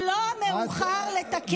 עוד לא מאוחר לתקן.